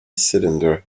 cylinder